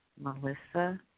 Melissa